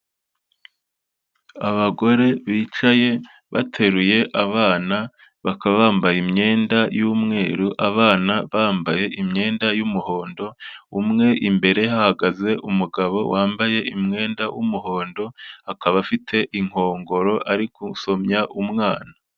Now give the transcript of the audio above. Abagore bicaye bateruye abana bakaba bambaye imyenda y'umweru, abana bambaye imyenda y'umuhondo, umwe imbere hahagaze umugabo wambaye umwenda w'umuhondo akaba afite inkongoro ari gusomya umwana.